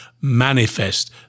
manifest